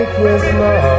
Christmas